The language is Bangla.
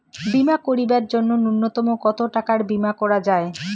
বীমা করিবার জন্য নূন্যতম কতো টাকার বীমা করা যায়?